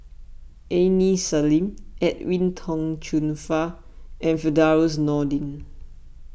Aini Salim Edwin Tong Chun Fai and Firdaus Nordin